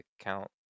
account